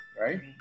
right